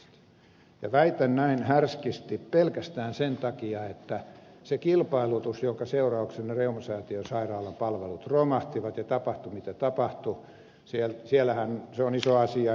väitän näin härskisti pelkästään sen takia että se kilpailutus jonka seurauksena reumasäätiön sairaalan palvelut romahtivat ja tapahtui mitä tapahtui on iso asia